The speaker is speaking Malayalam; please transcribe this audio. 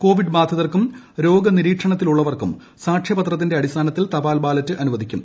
കോവിഡ് ബാധിതർക്കും രോഗ നിരീക്ഷണത്തിലുള്ളവർക്കും സാക്ഷ്യപത്രത്തിന്റെ അടിസ്ഥാനത്തിൽ തപാൽ ബാലറ്റ് അനുവദിക്കും